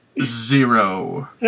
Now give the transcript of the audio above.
zero